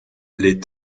les